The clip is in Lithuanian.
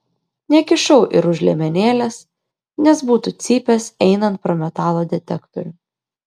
nekišau ir už liemenėlės nes būtų cypęs einant pro metalo detektorių